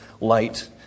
light